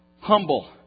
humble